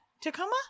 Tacoma